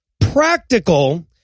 practical